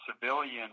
civilian